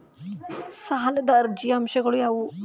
ಸಾಲದ ಅರ್ಜಿಯ ಅಂಶಗಳು ಯಾವುವು?